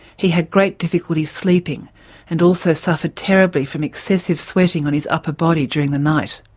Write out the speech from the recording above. he had great difficulty sleeping and also suffered terribly from excessive sweating on his upper body during the night.